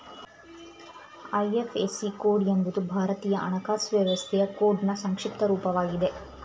IFSC code ಎಂಬುದು ಭಾರತೀಯ ಹಣಕಾಸು ವ್ಯವಸ್ಥೆಯ ಕೋಡ್ನ್ ಸಂಕ್ಷಿಪ್ತ ರೂಪವಾಗಿದೆ